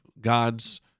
God's